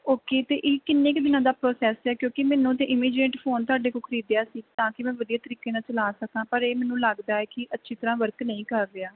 okay ਅਤੇ ਇਹ ਕਿੰਨੇ ਕੁ ਦਿਨਾਂ ਦਾ ਪਰੋਸੈਸ ਹੈ ਕਿਉਂਕਿ ਮੈਨੂੰ ਤਾਂ ਇਮੀਡੇਟ ਫੋਨ ਤੁਹਾਡੇ ਤੋਂ ਖਰੀਦਿਆ ਸੀ ਤਾਂ ਕੀ ਮੈਂ ਵਧੀਆ ਤਰੀਕੇ ਨਾਲ ਚਲਾ ਸਕਾਂ ਪਰ ਇਹ ਮੈਨੂੰ ਲੱਗਦਾ ਏ ਕੀ ਅੱਛੀ ਤਰ੍ਹਾਂ ਵਰਕ ਨਹੀਂ ਕਰ ਰਿਹਾ